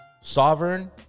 sovereign